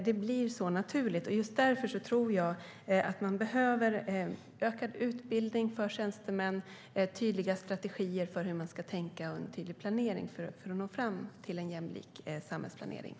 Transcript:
Det är naturligt att det blir så.